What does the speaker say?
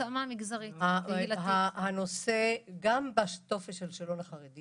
גם בשאלון החרדי